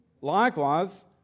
Likewise